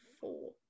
four